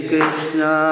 Krishna